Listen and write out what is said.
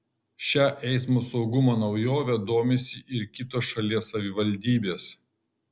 šia eismo saugumo naujove domisi ir kitos šalies savivaldybės